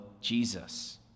Jesus